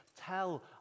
tell